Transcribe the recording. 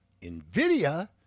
NVIDIA